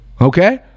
okay